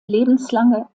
lebenslange